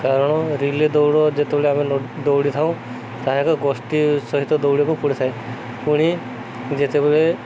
କାରଣ ରିଲ ଦୌଡ଼ ଯେତେବେଳେ ଆମେ ଦୌଡ଼ିଥାଉଁ ତାହା ଏକ ଗୋଷ୍ଠୀ ସହିତ ଦୌଡ଼ିବାକୁ ପଡ଼ିଥାଏ ପୁଣି ଯେତେବେଳେ